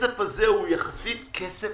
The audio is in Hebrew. הכסף הזה הוא יחסית קטן.